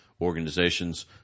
organizations